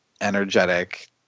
energetic